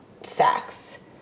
sex